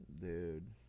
Dude